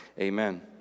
Amen